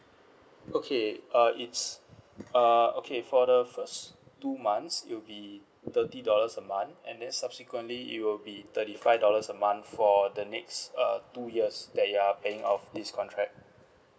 okay uh it's uh okay for the first two months it'll be thirty dollars a month and then subsequently it will be thirty five dollars a month for the next uh two years that you are paying out of this contract